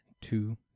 two